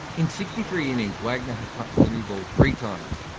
in sixty three innings wagner has touched the new ball three times.